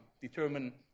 determine